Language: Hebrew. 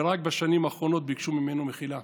ורק בשנים האחרונות ביקשו ממנו מחילה.